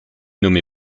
nommé